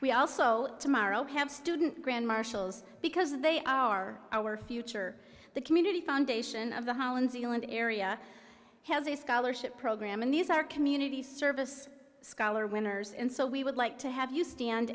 we also tomorrow have student grand marshals because they are our future the community foundation of the holland zealand area has a scholarship program and these are community service scholar winners and so we would like to have you stand